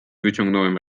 wyciągnąłem